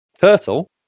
Turtle